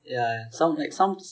yeah sounds like sounds